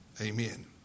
amen